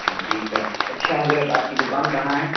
جی sir اچھا حضرت آپ کی دکان کہاں ہے